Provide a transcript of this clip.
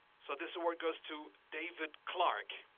so this award goes to david clark.